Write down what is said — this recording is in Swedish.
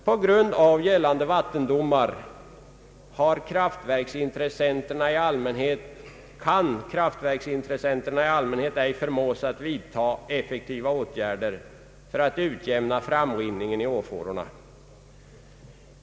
På grund av gällande vattendomar kan kraftverksintressenterna i allmänhet ej förmås att vidta effektiva åtgärder för att utjämna framrinningen i åfårorna.